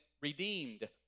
redeemed